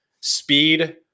speed